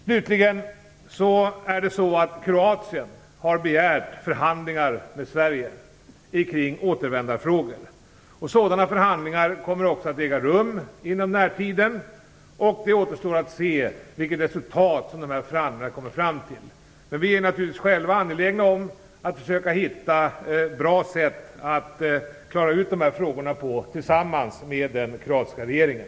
Slutligen vill jag säga att Kroatien har begärt förhandlingar med Sverige om återvändandefrågor. Sådana förhandlingar kommer också att äga rum inom en nära tid. Det återstår att se vilket resultat dessa förhandlingar kommer fram till. Vi är naturligtvis själva angelägna om att försöka hitta ett bra sätt att klara ut dessa frågor tillsammans med den kroatiska regeringen.